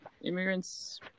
immigrants